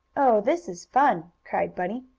oh, this is fun! cried bunny.